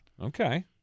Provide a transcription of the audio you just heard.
Okay